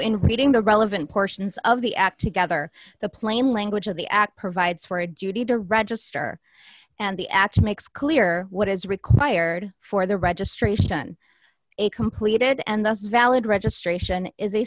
in reading the relevant portions of the act together the plain language of the act provides for a duty to register and the act makes clear what is required for the registration a completed and thus valid registration is a